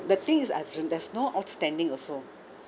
the thing is I've been there's no outstanding also